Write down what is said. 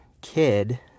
kid